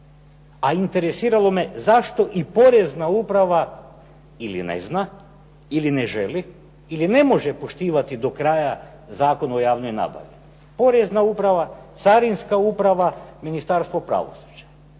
a interesiralo me zašto i porezna uprava ili ne zna ili ne želi ili ne može poštivati do kraja Zakon o javnoj nabavi. Porezna uprava, carinska uprava, Ministarstvo pravosuđa